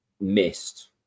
missed